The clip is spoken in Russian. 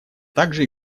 также